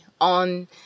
on